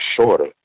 shorter